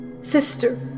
Sister